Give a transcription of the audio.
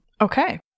Okay